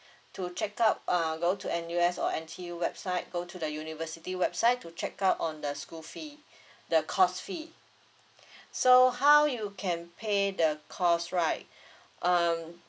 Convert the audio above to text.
to check out uh go to N_U_S or N_T_U website go to the university website to check out on the school fee the course fee so how you can pay the course right um